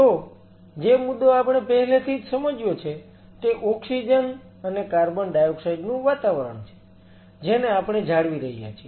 તો જે મુદ્દો આપણે પહેલેથી જ સમજ્યો છે તે ઓક્સિજન અને CO2 નું વાતાવરણ છે જેને આપણે જાળવી રહ્યા છીએ